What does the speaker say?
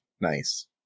nice